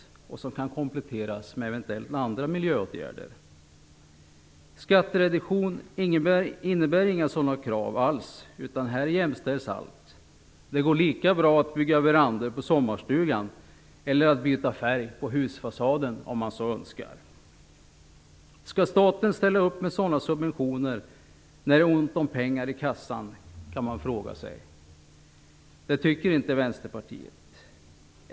De kan eventuellt kompletteras med andra miljöåtgärder. Skattereduktion innebär inga sådana krav alls, utan här jämställs allt. Det går lika bra att bygga verandor på sommarstugan eller att byta färg på husfasaden, om man så önskar. Skall staten ställa upp med sådana subventioner när det är ont om pengar i kassan? kan man fråga sig. Det tycker inte Vänsterpartiet.